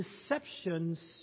deceptions